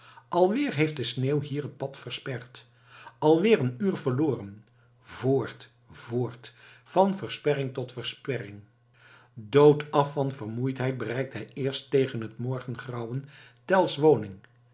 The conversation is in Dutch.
alweer heeft de sneeuw hier het pad versperd alweer een uur verloren voort voort van versperring tot versperring doodaf van vermoeidheid bereikt hij eerst tegen het morgengrauwen tell's woning